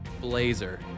Blazer